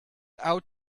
out